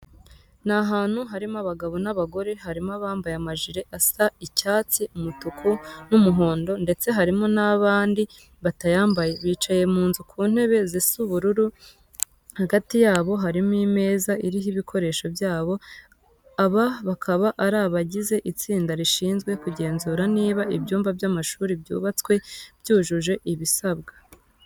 Ni abantu harimo abagabo n'abagore, harimo abambaye amajire asa icyatsi, umutuku n'umuhondo ndetse harimo n'abandi batayambaye. Bicaye mu nzu ku ntebe zisa ubururu, hagati yabo harimo imeza iriho ibikoresho byabo. Aba bakaba ari abagize itsinda rishinzwe kugenzura niba ibyumba by'amashuri byubatswe byujuje ibisabwa.